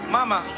Mama